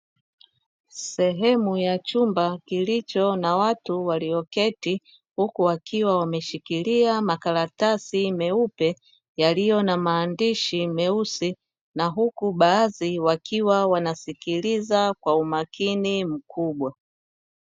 Sehemu ya chumba kilicho na watu walioketi huku wakiwa wameshikilia makaratasi meupe; yaliyo na maandishi meusi na huku baadhi wakiwa wanasikiliza kwa umakini mkubwa.